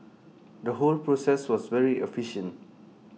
the whole process was very efficient